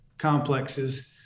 complexes